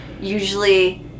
usually